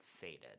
faded